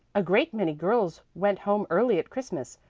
a great many girls went home early at christmas,